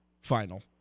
final